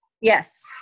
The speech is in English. Yes